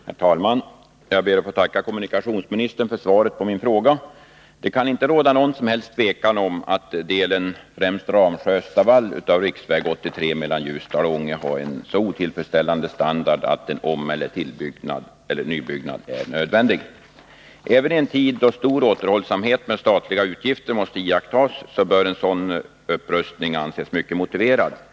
Herr talman! Jag ber att få tacka kommunikationsministern för svaret på min fråga. Det kan inte råda något som helst tvivel om att delen Ramsjö-Östavall av riksväg 83 mellan Ljusdal och Ånge har en så otillfredsställande standard att en ombyggnad eller nybyggnad är nödvändig. Även i en tid då stor återhållsamhet måste iakttas med statliga utgifter bör en sådan upprustning anses mycket motiverad.